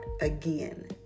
again